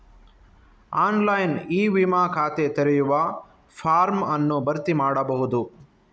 online e ವಿಮಾ ಖಾತೆ ತೆರೆಯುವ ಫಾರ್ಮ್ ಅನ್ನು ಭರ್ತಿ ಮಾಡಬಹುದು